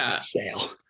sale